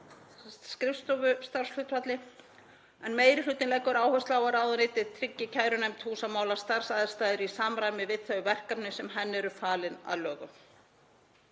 skrifstofustarfshlutfalli.. Meiri hlutinn leggur áherslu á að ráðuneytið tryggi kærunefnd húsamála starfsaðstæður í samræmi við þau verkefni sem henni eru falin að lögum.